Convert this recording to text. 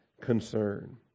concern